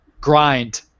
grind